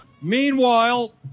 Meanwhile